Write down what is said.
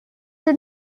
your